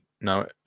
No